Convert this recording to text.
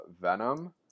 Venom